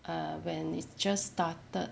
err when it just started